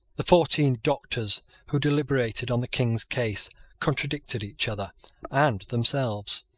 the fourteen doctors who deliberated on the king's case contradicted each other and themselves.